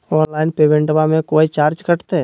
Online पेमेंटबां मे कोइ चार्ज कटते?